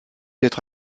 être